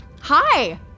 Hi